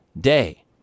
day